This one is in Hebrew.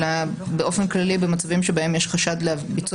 אלא באופן כללי במצבים שבהם יש חשד לביצוע